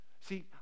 See